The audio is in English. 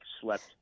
slept